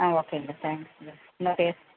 ஆ ஓகேங்க தேங்க்ஸுங்க என்னுடைய